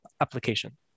application